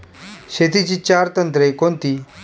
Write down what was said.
शेतीची चार तंत्रे कोणती?